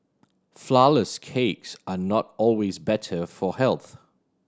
flourless cakes are not always better for health